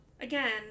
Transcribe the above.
again